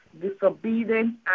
disobedient